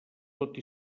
tot